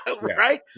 Right